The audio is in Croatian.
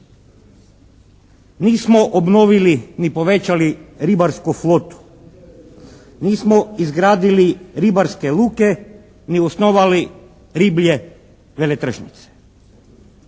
Nismo obnovili ni povećali ribarsku flotu, nismo izgradili ribarske luke ni osnovali riblje veletržnice,